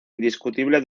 indiscutible